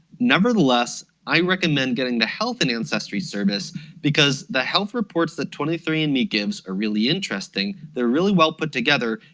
nevertheless i recommend getting the health and ancestry service because the health reports that twenty three andme gives are really interesting, they're really well put together,